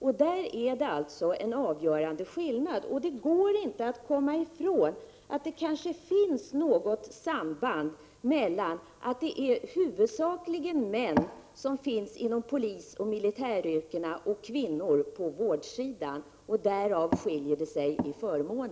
Det går inte att komma ifrån att dessa avgörande skillnader kanske har något samband med att det är huvudsakligen män inom polisoch militäryrkena och kvinnor på vårdsidan.